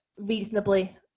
reasonably